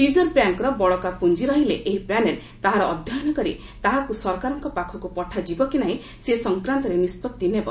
reserve ବ୍ୟାଙ୍କ୍ର ବଳକା ପୁଞ୍ଜି ରହିଲେ ଏହି ପ୍ୟାନେଲ୍ ତାହାର ଅଧ୍ୟୟନ କରି ତାହାକୁ ସରକାରଙ୍କ ପାଖକୁ ପଠାଯିବ କି ନାହିଁ ସେ ସଂକ୍ରାନ୍ତରେ ନିଷ୍କଭି ନେବ